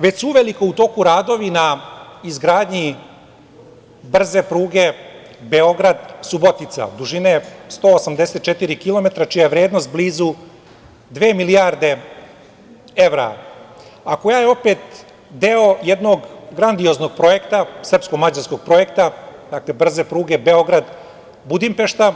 Već su uveliko u toku radovi na izgradnji brze pruge Beograd-Subotica, dužine 184 kilometra, čija je vrednost blizu dve milijarde evra, a koja je opet deo jednog grandioznog projekta, srpsko-mađarskog projekta, dakle, brze prute Beograd-Budimpešta,